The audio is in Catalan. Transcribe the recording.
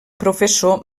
professor